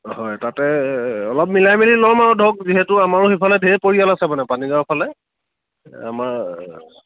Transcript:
হয় তাতে অলপ মিলাই মিলি ল'ম আৰু ধৰক যিহেতু আমাৰো সেইফালে ঢেৰ পৰিয়াল আছে মানে পানীগাঁৱৰ ফালে আমাৰ